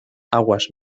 aguas